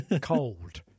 cold